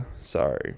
sorry